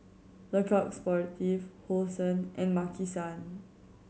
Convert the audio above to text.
Le Coq Sportif Hosen and Maki San